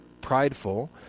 prideful